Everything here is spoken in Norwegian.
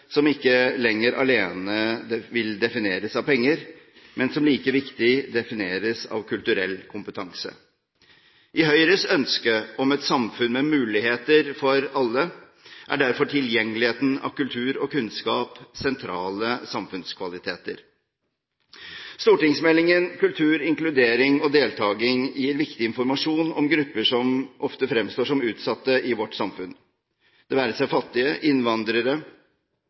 som ikke lenger alene vil defineres av penger, men som like viktig defineres av kulturell kompetanse. I Høyres ønske om et samfunn med muligheter for alle er derfor tilgjengeligheten av kultur og kunnskap sentrale samfunnskvaliteter. Stortingsmeldingen Kultur, inkludering og deltaking gir viktig informasjon om grupper som ofte fremstår som utsatte i vårt samfunn, det være seg fattige, innvandrere,